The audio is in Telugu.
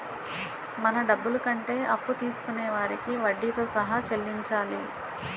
మన డబ్బులు కంటే అప్పు తీసుకొనే వారికి వడ్డీతో సహా చెల్లించాలి